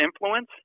influence